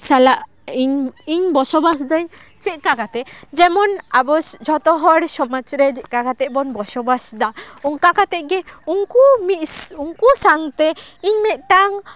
ᱥᱟᱞᱟᱠ ᱤᱧ ᱵᱚᱥᱚ ᱵᱟᱥ ᱫᱟᱹᱧ ᱪᱮᱫᱠᱟ ᱠᱟᱛᱮᱫ ᱡᱮᱢᱚᱱ ᱟᱵᱚ ᱡᱷᱚᱛᱚ ᱦᱚᱲ ᱥᱚᱢᱟᱡᱽ ᱨᱮ ᱪᱮᱫᱠᱟ ᱠᱟᱛᱮᱫ ᱵᱚᱱ ᱵᱚᱥᱚᱵᱟᱥ ᱫᱟ ᱚᱱᱠᱟ ᱠᱟᱛᱮᱫ ᱜᱮ ᱩᱱᱠᱩ ᱩᱱᱠᱩ ᱥᱟᱶᱛᱮ ᱤᱧ ᱢᱤᱫᱴᱟᱝ